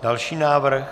Další návrh.